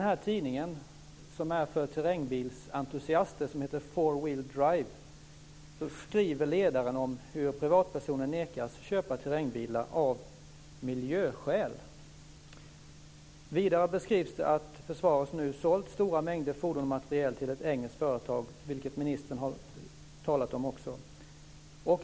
Wheel Drive, beskrivs i ledaren hur privatpersoner nekas köpa terrängbilar av miljöskäl. Vidare beskrivs att försvaret nu sålt stora mängder fordon och materiel till ett engelskt företag, vilket ministern också har talat om.